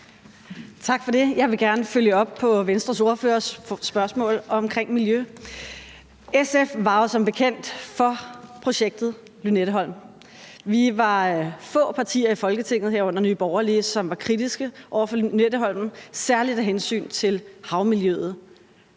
Tak for det. Jeg vil gerne følge op på Venstres ordførers spørgsmål omkring miljø. SF var jo som bekendt for projektet Lynetteholmen. Vi var få partier i Folketinget, herunder Nye Borgerlige, som var kritiske over for Lynetteholmen, særlig med hensyn til havmiljøet.